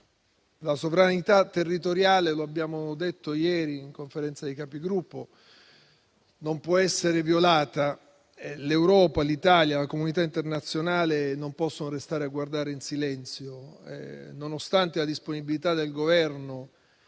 La sovranità territoriale - lo abbiamo detto ieri in Conferenza dei Capigruppo - non può essere violata. L'Europa, l'Italia e la comunità internazionale non possono restare a guardare in silenzio. Nonostante la disponibilità del Governo